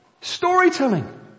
Storytelling